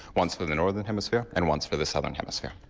once for the northern hemisphere and once for the southern hemisphere.